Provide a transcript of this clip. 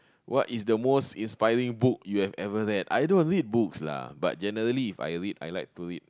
what is the most inspiring book you have ever read I don't read books lah but generally If I read I like to read